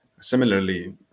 similarly